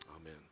Amen